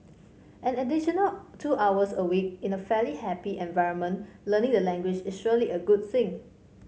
an additional two hours a week in a fairly happy environment learning the language is surely a good thing